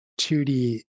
2d